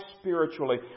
spiritually